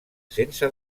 sense